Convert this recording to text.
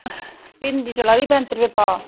भिंडी चलादी पैंह्ती रपेऽ भाऽ